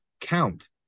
count